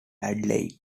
adelaide